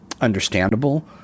understandable